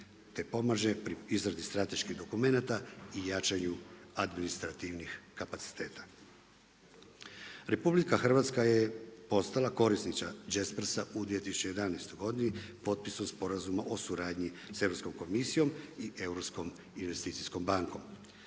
te pomaže pri izradi strateških dokumenata i jačanju administrativnih kapaciteta. Republika Hrvatska je postala korisnica Jaspersa u 2011. godini potpisom Sporazuma o suradnji s Europskom komisijom i Europskom investicijskom bankom.